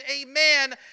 amen